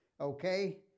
okay